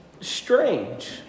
Strange